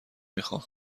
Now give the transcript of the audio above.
میخام